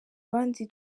abandi